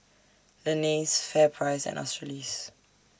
Lenas FairPrice and Australis